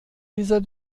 dieser